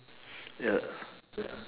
ya